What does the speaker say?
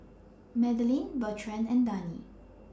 Madelene Bertrand and Dani